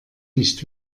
nicht